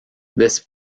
this